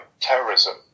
terrorism